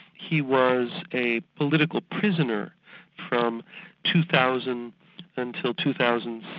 he was a political prisoner from two thousand until two thousand